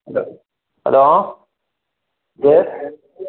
hello hello yes